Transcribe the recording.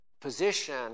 position